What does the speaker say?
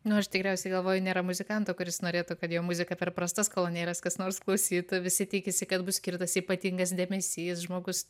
nu aš tikriausiai galvoju nėra muzikanto kuris norėtų kad jo muziką per prastas kolonėles kas nors klausytų visi tikisi kad bus skirtas ypatingas dėmesys žmogus